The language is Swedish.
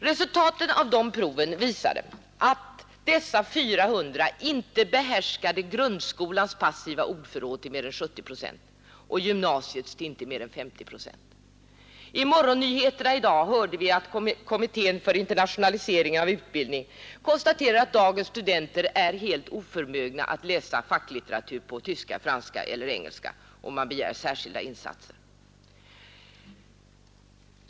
Resultatet av detta prov visade att dessa 400 inte behärskade grundskolans passiva ordförråd till mer än 70 procent och gymnasiets till inte mer än 50 procent. I morgonnyheterna kunde vi i dag höra att kommittén för internationalisering av utbildningen konstaterat att dagens studenter är helt oförmögna att läsa facklitteratur på tyska, franska eller engelska, och man begär särskilda insatser.